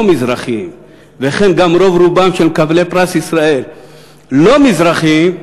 מזרחיים וכן גם רוב רובם של מקבלי פרס ישראל לא מזרחיים,